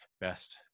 best